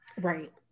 Right